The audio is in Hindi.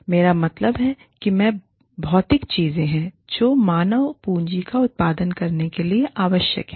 और मेरा मतलब है कि ये भौतिक चीजें हैं जो मानव पूँजी का उत्पादन करने के लिए आवश्यक हैं